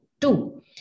Two